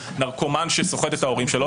נרקומן שסוחט את ההורים שלו,